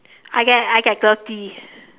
I get I get thirties